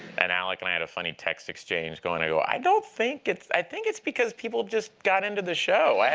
and alec and i had a funny text exchange going. i go i don't think it's i think it's because people just got into the show.